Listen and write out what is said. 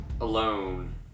alone